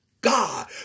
God